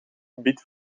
gebied